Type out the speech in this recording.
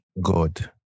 God